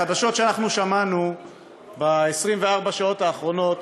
החדשות שאנחנו שמענו ב-24 השעות האחרונות